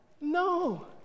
No